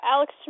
Alex